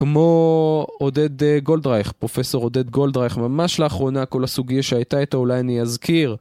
כמו עודד גולדרייך, פרופסור עודד גולדרייך, ממש לאחרונה, כל הסוגיה שהייתה איתה אולי אני אזכיר.